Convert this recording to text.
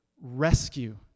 rescue